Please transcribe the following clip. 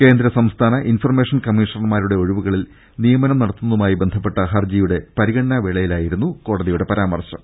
കേന്ദ്ര സംസ്ഥാന ഇൻഫർമേഷൻ കമ്മീഷണർമാരുടെ ഒഴിവുകളിൽ നിയമനം നടത്തുന്നതുമായി ബന്ധപ്പെട്ട ഹർജിയുടെ പരിഗണനാ വേളയിലായിരുന്നു കോടതി പരാമർശം